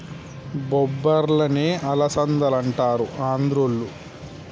బొబ్బర్లనే అలసందలంటారు ఆంద్రోళ్ళు